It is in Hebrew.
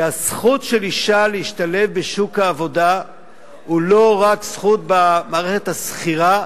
שהזכות של אשה להשתלב בשוק העבודה היא לא רק זכות במערכת השכירה,